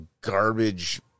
garbage